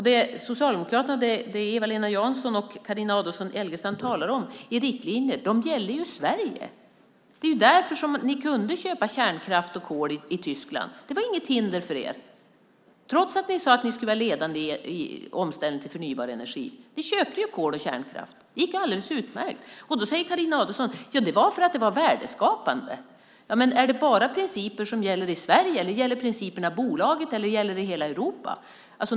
Det socialdemokraterna Eva-Lena Jansson och Carina Adolfsson Elgestam talar om är riktlinjer som gäller i Sverige. Det var därför ni kunde köpa kärnkraft och kol i Tyskland. Det var inget hinder för er att ni sade att ni skulle vara ledande i omställningen till förnybar energi. Ni köpte kol och kärnkraft. Det gick alldeles utmärkt! Då säger Carina Adolfsson Elgestam att det var för att det var värdeskapande. Men gäller principerna bara i Sverige, gäller de bolaget eller gäller de i hela Europa?